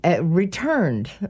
returned